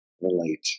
relate